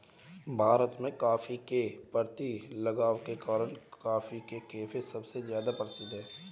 भारत में, कॉफ़ी के प्रति लगाव के कारण, कॉफी के कैफ़े सबसे ज्यादा प्रसिद्ध है